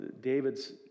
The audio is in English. David's